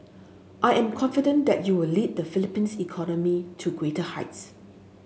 I am confident that you will lead the Philippines economy to greater heights